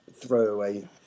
throwaway